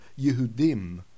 Yehudim